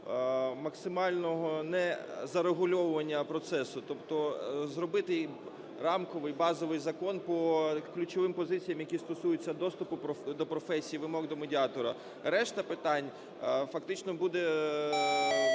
максимальногонезарегульовування процесу. Тобто зробити рамковий базовий закон по ключовим позиціям, які стосуються доступу до професії, вимог до медіатора. Решта питань фактично буде